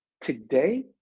today